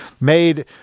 made